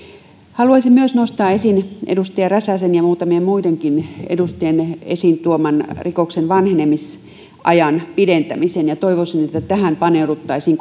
haluaisin myös nostaa esiin edustaja räsäsen ja muutamien muidenkin edustajien esiin tuoman rikoksen vanhenemisajan pidentämisen toivoisin että tähän paneuduttaisiin